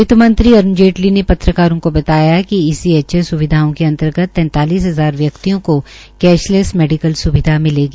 वित मंत्री अरूण जेटली ने पत्रकारों को बताया कि ईसीएचएस स्विधाओं के अंतर्गत तैतालिस हजार व्यक्तियों को कैशलैस मेडिकल स्विधा मिलेगी